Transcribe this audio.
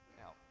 Now